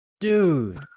Dude